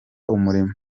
umurimo